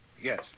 yes